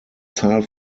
zahl